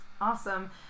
Awesome